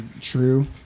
true